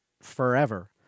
forever